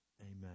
Amen